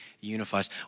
unifies